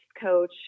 coach